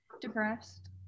depressed